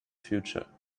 future